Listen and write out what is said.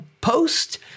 post